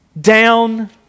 down